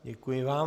Děkuji vám.